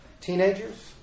Teenagers